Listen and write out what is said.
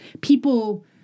people